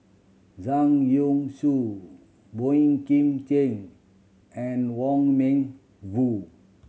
Zhang Youshuo Boey Kim Cheng and Wong Meng Voon